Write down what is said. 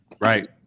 Right